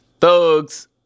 thugs